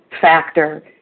factor